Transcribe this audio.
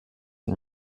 and